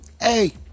hey